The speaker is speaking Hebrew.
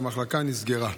והמחלקה נסגרה.